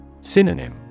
Synonym